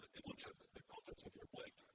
it looks at the contents of your blip.